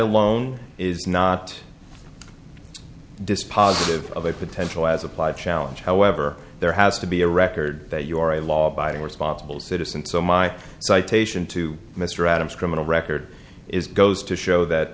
alone is not dispositive of a potential as applied challenge however there has to be a record that you are a law abiding responsible citizen so my citation to mr adams criminal record is goes to show that